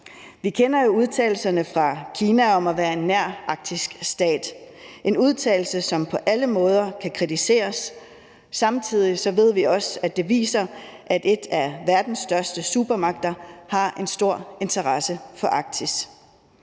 jo Kinas udtalelser om, at de er en nærarktisk stat – en udtalelse, som på alle måder kan kritiseres. Samtidig ved vi også, at det viser, at en af verdens største supermagter har en stor interesse for Arktis.